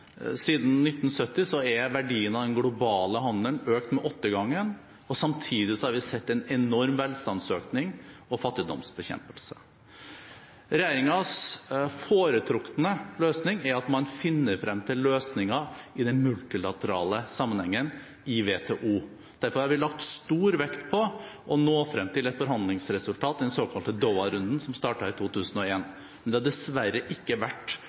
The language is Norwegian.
Siden 1970 har verdien av den globale handelen økt med åttegangen, og samtidig har vi sett en enorm velstandsøkning og fattigdomsbekjempelse. Regjeringens foretrukne løsning er at man finner frem til løsninger i den multilaterale sammenhengen i WTO. Derfor har vi lagt stor vekt på å nå frem til et forhandlingsresultat, den såkalte Doha-runden, som startet i 2001, men det har dessverre ikke vært